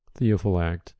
Theophilact